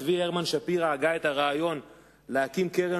צבי הרמן שפירא הגה את הרעיון להקים קרן